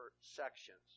sections